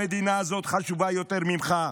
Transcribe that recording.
המדינה הזאת חשובה יותר ממך,